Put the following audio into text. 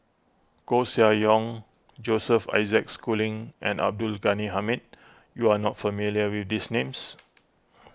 Koeh Sia Yong Joseph Isaac Schooling and Abdul Ghani Hamid you are not familiar with these names